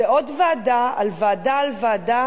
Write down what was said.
זה עוד ועדה על ועדה על ועדה,